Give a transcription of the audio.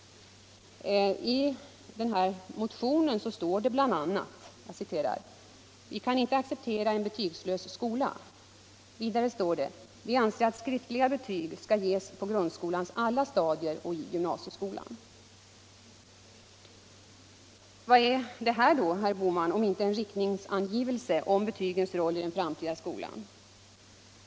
I motionen står bl.a.: ”Vi kan inte acceptera en betygslös skola. -—-—- Vi anser att skriftliga betyg skall ges på grundskolans alla stadier och i gymnasieskolan.” Vad är då detta, herr Bohman, om inte en riktningsangivelse om betygens roll i den framtida skolan?